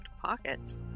pockets